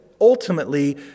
ultimately